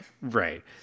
Right